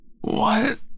What